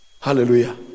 Hallelujah